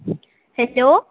hello